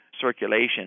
circulation